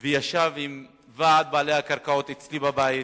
וישב עם ועד בעלי הקרקעות אצלי בבית,